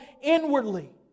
inwardly